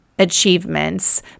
achievements